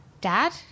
dad